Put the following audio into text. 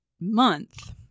month